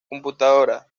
computadoras